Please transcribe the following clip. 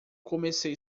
comecei